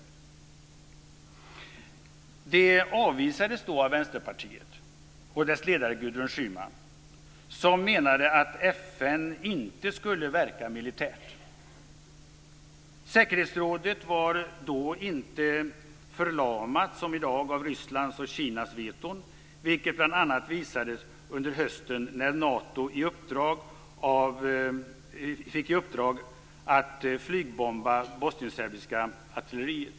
Det avvisades av Vänsterpartiet och dess ledare Gudrun Schyman, som menade att FN inte skulle verka militärt. Säkerhetsrådet var då inte förlamat av Rysslands och Kinas veton, som det är i dag. Det visades bl.a. under hösten när Nato fick i uppdrag att flygbomba det bosnienserbiska artilleriet.